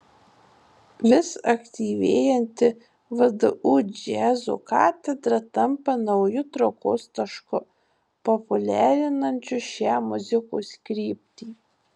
vis aktyvėjanti vdu džiazo katedra tampa nauju traukos tašku populiarinančiu šią muzikos kryptį